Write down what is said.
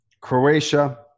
Croatia